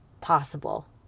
possible